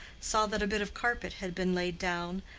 saw that a bit of carpet had been laid down,